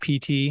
pt